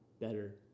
better